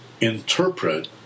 interpret